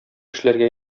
эшләргә